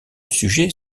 sujet